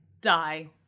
die